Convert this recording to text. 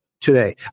today